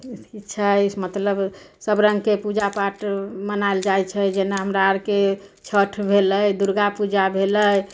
तिथि छै मतलब सभ रङ्गके पूजापाठ मनायल जाइ छै जेना हमरा आरके छठि भेलै दुर्गापूजा भेलै